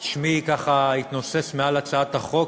ששמי ככה התנוסס מעל הצעת החוק,